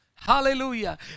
Hallelujah